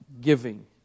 giving